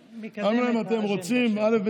אמרו: אם אתם רוצים א',